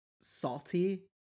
salty